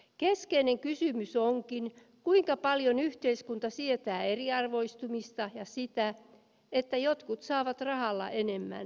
keskeinen kysymys onkin kuinka paljon yhteiskunta sietää eriarvoistumista ja sitä että jotkut saavat rahalla enemmän